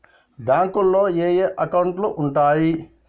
బ్యాంకులో ఏయే అకౌంట్లు ఉంటయ్?